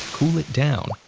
cool it down,